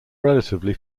relatively